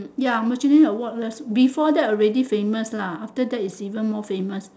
ya michelin awards before that already famous lah after that is even more famous